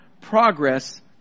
progress